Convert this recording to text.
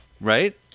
right